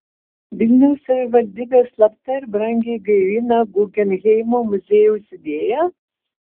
vilniaus savivaldybė slapta ir brangiai gaivina guggenheimo muziejaus idėją